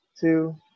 two